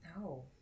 No